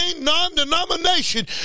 non-denomination